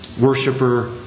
worshiper